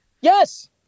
Yes